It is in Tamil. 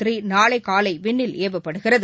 த்ரிநாளைகாலைவிண்ணில் ஏவப்படுகிறது